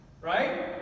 right